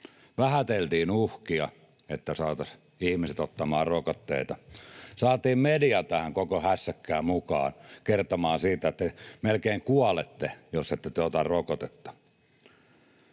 vähäteltiin uhkia, jotta saataisiin ihmiset ottamaan rokotteita. Saatiin media tähän koko hässäkkään mukaan kertomaan sitä, että melkein kuolette, jos ette te ota rokotetta.